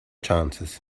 chances